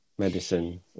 medicine